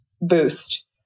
boost